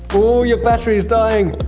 ooh, you're battery is dying!